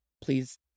please